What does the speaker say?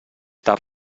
tard